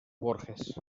borges